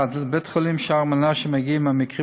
לבית-החולים שער מנשה מגיעים המקרים